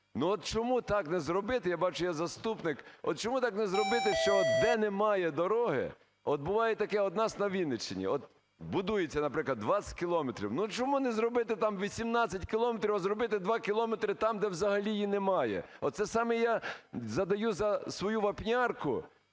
ну, от чому так не зробити, я бачу, є заступник, от чому так не зробити, що от де немає дороги… От буває таке, от у нас на Вінниччині, от будується, наприклад, 20 кілометрів, ну, чому не зробити там 18 кілометрів, а зробити 2 кілометри там, де взагалі її немає? От саме я задаю за свою Вапнярку,